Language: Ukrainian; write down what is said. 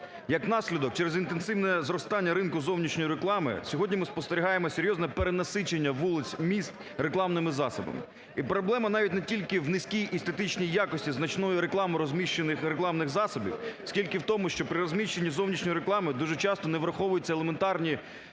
Як наслідок, через інтенсивне зростання ринку зовнішньої реклами сьогодні ми спостерігаємо серйозне перенасичення вулиць міст рекламними засобами. І проблема навіть не тільки в низькій естетичній якості значної реклами розміщених рекламних засобів, скільки в тому, що при розміщенні зовнішньої реклами дуже часто не враховуються елементарні